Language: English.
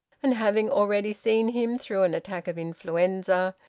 and having already seen him through an attack of influenza,